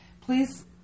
Please